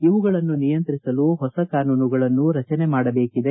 ಇವುಗಳನ್ನು ನಿಯಂತ್ರಿಸಲು ಹೊಸ ಕಾನೂನುಗಳನ್ನು ರಚನೆ ಮಾಡಬೇಕಿದೆ